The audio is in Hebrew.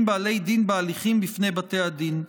בעלי דין בהליכים בפני בתי הדין.